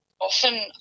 often